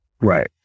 Right